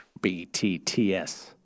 BTTS